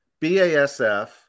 BASF